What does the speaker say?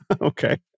Okay